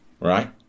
right